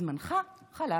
שזמנך חלף.